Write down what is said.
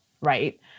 right